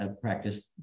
practice